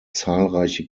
zahlreiche